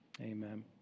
amen